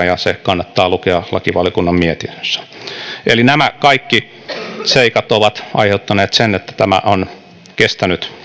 ja se kannattaa lukea lakivaliokunnan mietinnöstä eli nämä kaikki seikat ovat aiheuttaneet sen että tämä aloitteen käsittely on kestänyt